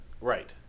right